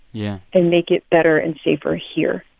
yeah. and make it better and safer here?